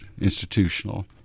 institutional